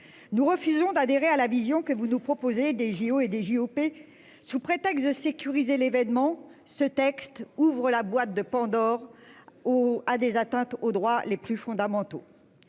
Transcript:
Nous refusons d'adhérer à la vision que vous nous proposez des JO et des J. O. P sous prétexte de sécuriser l'événement, ce texte ouvre la boîte de Pandore ou à des atteintes aux droits les plus fondamentaux.